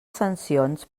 sancions